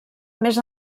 més